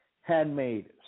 handmade